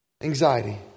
Anxiety